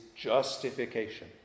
justification